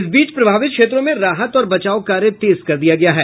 इस बीच प्रभावित क्षेत्रों में राहत और बचाव कार्य तेज हो गया है